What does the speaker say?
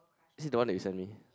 is it the one you send me